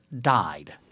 died